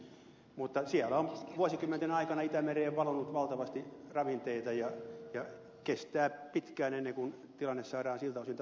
leppäkin totesi ravinteiden käyttöä on oleellisesti vähennetty mutta vuosikymmenten aikana on itämereen valunut valtavasti ravinteita ja kestää pitkään ennen kuin tilanne saadaan siltä osin tasapainoon